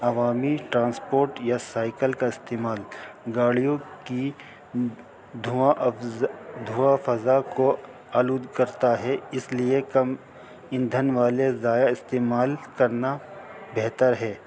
عوامی ٹرانسپورٹ یا سائیکل کا استعمال گاڑیوں کی دھواں افزا دھواں فضا کو آلود کرتا ہے اس لیے کم ایندھن والے ضائع استعمال کرنا بہتر ہے